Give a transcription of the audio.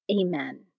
Amen